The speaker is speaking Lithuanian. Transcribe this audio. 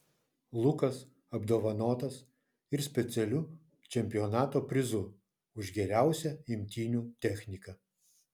lukas apdovanotas ir specialiu čempionato prizu už geriausią imtynių techniką